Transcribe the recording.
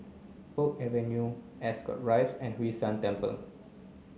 Oak Avenue Ascot Rise and Hwee San Temple